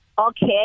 Okay